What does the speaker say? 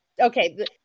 Okay